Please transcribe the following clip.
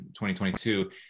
2022